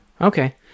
Okay